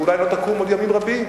ואולי לא תקום עוד ימים רבים.